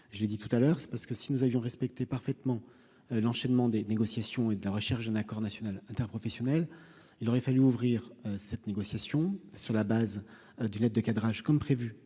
je l'ai dit tout à l'heure parce que si nous avions respecté parfaitement. L'enchaînement des négociations et de la recherche d'un accord national interprofessionnel, il aurait fallu ouvrir cette négociation sur la base d'une lettre de cadrage, comme prévu